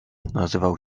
nazywał